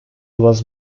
was